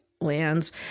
lands